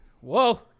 Whoa